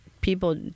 people